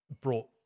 brought